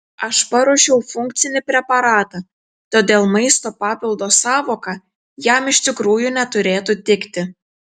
aš paruošiau funkcinį preparatą todėl maisto papildo sąvoka jam iš tikrųjų neturėtų tikti